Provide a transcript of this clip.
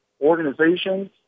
organizations